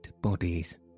bodies